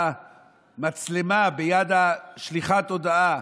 ביד המצלמה, ביד שליחת ההודעה.